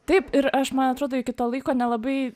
taip ir aš man atrodo iki to laiko nelabai